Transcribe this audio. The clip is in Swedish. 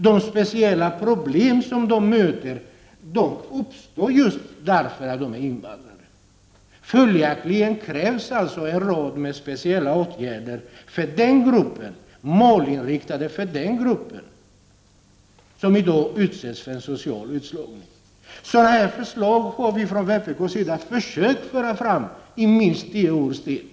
De speciella problem som de möter uppstår därför att de är invandrare. Följaktligen krävs en rad speciella åtgärder som är målinriktade för denna grupp, som i dag utsätts för en social utslagning. Sådana förslag har vi från vpk:s sida försökt föra fram i minst tio års tid.